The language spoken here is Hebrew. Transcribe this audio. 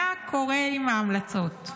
מה קורה עם ההמלצות?